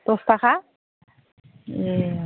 दस थाखा ए